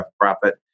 profit